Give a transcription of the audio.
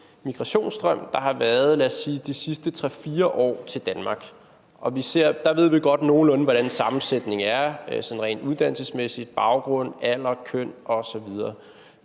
til Danmark, der har været de sidste 3-4 år. Og der ved vi godt nogenlunde, hvordan sammensætningen er sådan rent uddannelsesmæssigt og i forhold til baggrund, alder, køn osv.